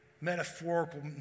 metaphorical